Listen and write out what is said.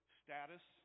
status